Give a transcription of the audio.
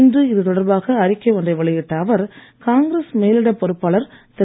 இன்று இது தொடர்பாக அறிக்கை ஒன்றை வெளியிட்ட அவர் காங்கிரஸ் மேலிட பொறுப்பாளர் திரு